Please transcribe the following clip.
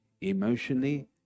emotionally